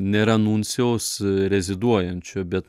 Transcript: nėra nuncijaus reziduojančio bet